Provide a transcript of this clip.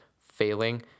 failing